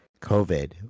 COVID